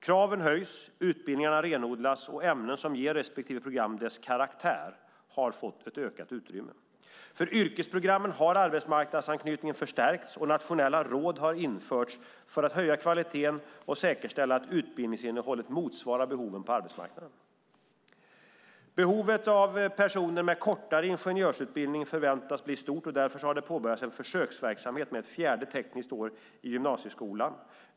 Kraven höjs, utbildningarna renodlas och ämnen som ger respektive program dess karaktär får ett ökat utrymme. För yrkesprogrammen har arbetsmarknadsanknytningen förstärkts, och nationella råd har införts för att höja kvaliteten och säkerställa att utbildningsinnehållet motsvarar behoven på arbetsmarknaden. Behovet av personer med kortare ingenjörsutbildning förväntas bli stort, och därför har det påbörjats en försöksverksamhet med ett fjärde tekniskt år i gymnasieskolan.